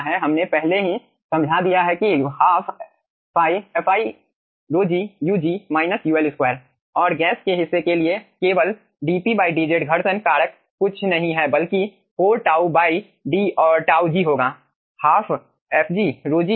हमने पहले ही समझा दिया है कि ½ fi ρg ug ul2 और गैस के हिस्से के लिए लिए केवल dPdz घर्षण कारक कुछ नहीं है बल्कि 4 τ D और τ g होगा 12fg ρg jg 2